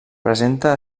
presenta